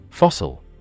Fossil